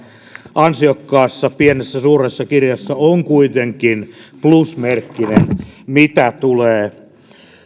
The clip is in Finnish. ansiokkaassa pienessä suuressa kirjassa on kuitenkin plusmerkkinen mitä tulee